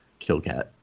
Killcat